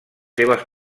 seves